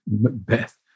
Macbeth